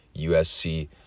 USC